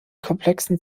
komplexen